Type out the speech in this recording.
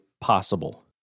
possible